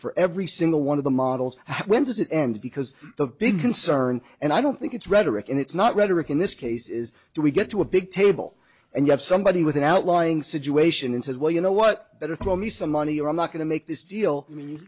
for every single one of the models when does it end because the big concern and i don't think it's rhetoric and it's not rhetoric in this case is do we get to a big table and you have somebody with an outlying situation and says well you know what better throw me some money or i'm not going to make this deal